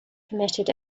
permitted